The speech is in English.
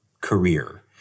career